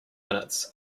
minutes